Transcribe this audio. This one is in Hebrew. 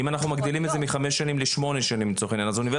זה מחייב אישור של משרד העלייה?